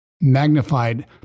magnified